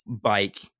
bike